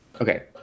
Okay